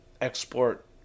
export